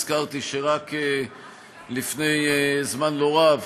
הזכרתי שרק לפני זמן לא רב